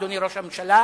אדוני ראש הממשלה,